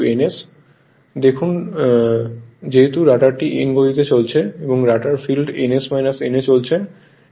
এটি দেখুন যেহেতু রটারটি n গতিতে চলছে এবং রটার ফিল্ডটি ns n এ চলছে